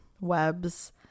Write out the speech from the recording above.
webs